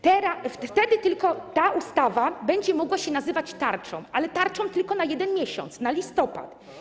Tylko wtedy ta ustawa będzie mogła się nazywać tarczą, ale tarczą tylko na jeden miesiąc, na listopad.